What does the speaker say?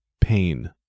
Pain